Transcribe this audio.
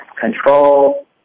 control